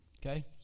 Okay